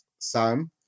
Sam